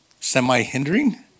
semi-hindering